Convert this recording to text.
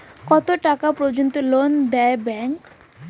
কত টাকা পর্যন্ত লোন দেয় ব্যাংক?